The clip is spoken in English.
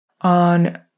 on